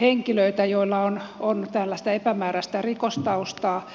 henkilöitä joilla on tällaista epämääräistä rikostaustaa